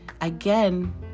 again